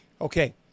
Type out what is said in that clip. Okay